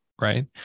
right